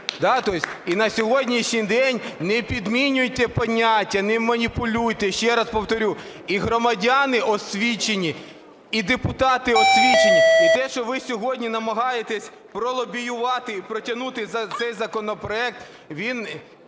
І на сьогоднішній день не підмінюйте поняття, не маніпулюйте. Ще раз повторю, і громадяни освідченні і депутати освідченні. І те, що ви сьогодні намагаєтесь про лобіювати і протягнути цей законопроект, він